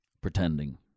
pretending